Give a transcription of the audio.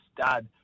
dad